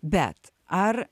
bet ar